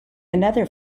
another